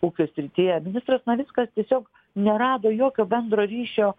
ūkio srityje ministras navickas tiesiog nerado jokio bendro ryšio